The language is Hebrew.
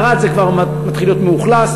בערד זה כבר מתחיל להיות מאוכלס.